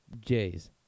Jays